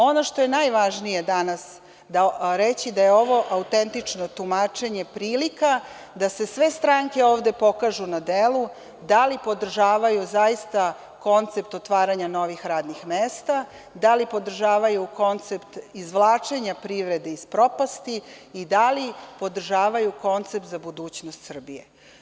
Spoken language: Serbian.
Ono što je najvažnije danas reći jeste da je ovo autentično tumačenje prilika da se sve stranke ovde pokažu na delu, da li podržavaju zaista koncept otvaranja novih radnih mesta, da li podržavaju koncept izvlačenja privrede iz propasti i da li podržavaju koncept za budućnost Srbije.